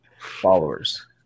followers